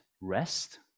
rest